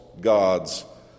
gods